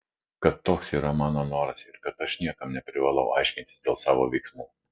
kad toks yra mano noras ir kad aš niekam neprivalau aiškintis dėl savo veiksmų